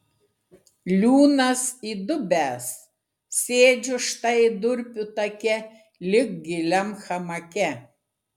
liūnas įdubęs sėdžiu štai durpių take lyg giliam hamake